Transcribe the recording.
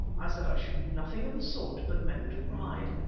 i said i should do nothing of the sort, but meant to ride.